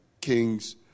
Kings